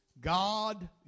God